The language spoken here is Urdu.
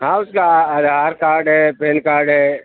ہاں اُس کا آدھار کارڈ ہے پین کارڈ ہے